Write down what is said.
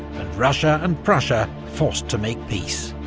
and russia and prussia forced to make peace.